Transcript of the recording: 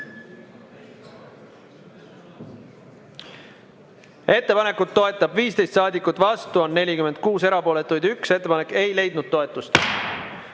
Ettepanekut toetab 15 saadikut, vastu oli 46, erapooletuid 1. Ettepanek ei leidnud toetust. Kuues